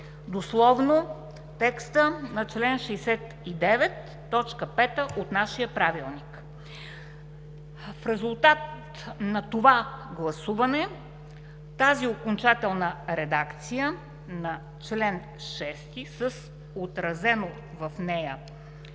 дословно текста на чл. 69, т. 5 от нашия Правилник: „В резултат на това гласуване, тази окончателна редакция на чл. 6, с отразено в нея